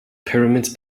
pyramids